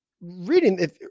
reading